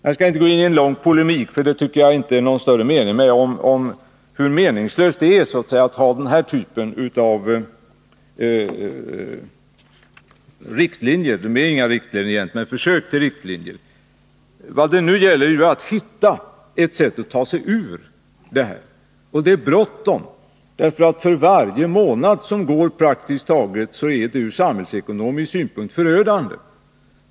Jag skall inte gå in i en lång polemik — det är inte någon större mening — om hur meningslöst det är att ha den här typen av riktlinjer, som egentligen inte är några riktlinjer men försök till riktlinjer. Vad det nu gäller är att hitta ett sätt att ta sig ur detta, och det är bråttom. Praktiskt taget för varje månad som går är detta förödande ur samhällsekonomisk synpunkt.